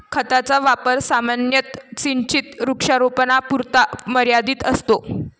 खताचा वापर सामान्यतः सिंचित वृक्षारोपणापुरता मर्यादित असतो